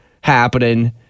happening